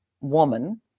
woman